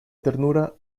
ternura